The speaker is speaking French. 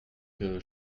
que